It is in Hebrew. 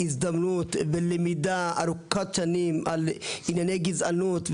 הזדמנות מלמידה ארוכת שנים על ענייני גזענות.